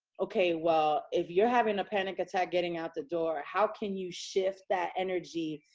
ok, well, if you're having a panic attack getting out the door, how can you shift that energy,